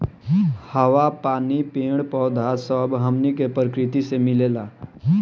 हवा, पानी, पेड़ पौधा सब हमनी के प्रकृति से मिलेला